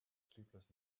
sleepless